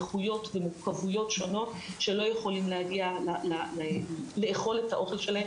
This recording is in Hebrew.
נכויות ומורכבויות שונות שלא יכולים להגיע לאכול את האוכל שלהם